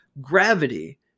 Gravity